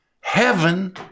heaven